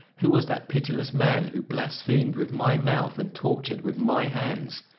who was that pitiless man who blasphemed with my mouth and tortured with my hands?